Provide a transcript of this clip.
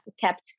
kept